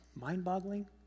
mind-boggling